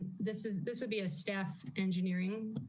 this is, this would be a staff engineering